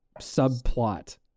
subplot